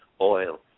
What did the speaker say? oil